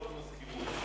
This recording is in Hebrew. לא למזכירות.